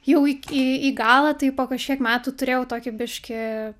jau į k į į galą tai po kažkiek metų turėjau tokį biškį